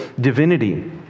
divinity